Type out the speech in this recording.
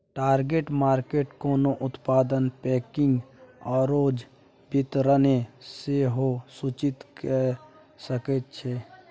target market कोनो उत्पादक packaging आओर वितरणकेँ सेहो सूचित कए सकैत छै